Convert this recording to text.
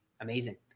Amazing